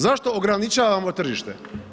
Zašto ograničavamo tržište?